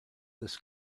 this